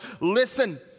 Listen